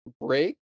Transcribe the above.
break